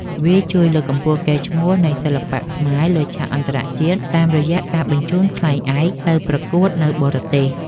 វាជួយលើកកម្ពស់កេរ្តិ៍ឈ្មោះនៃសិល្បៈខ្មែរលើឆាកអន្តរជាតិ តាមរយៈការបញ្ជូនខ្លែងឯកទៅប្រកួតនៅបរទេស។